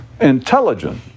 intelligent